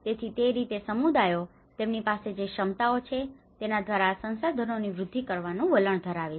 તેથી તે રીતે સમુદાયો તેમની પાસે જે ક્ષમતાઓ છે તેના દ્વારા આ સંસાધનોની વૃદ્ધિ કરવાનું વલણ ધરાવે છે